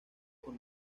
con